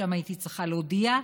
שם הייתי צריכה להודיע,